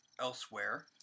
Elsewhere